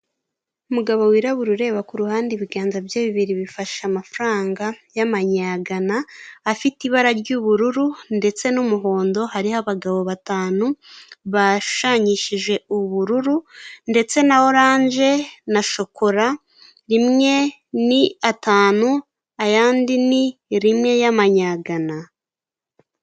Umugabo wirabura ureba kuhande ibiganza bye bibiri bifashe amafaranga y'manyagana, afite ibara ry'ubururu ndetse n'umuhondo hariho abagabo batanu bashushanyishije ubururu ndetse na orange na shokora rimwe ni atanu ayandi ni rimwe y'amanyagana.